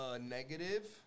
negative